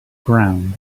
ground